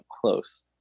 close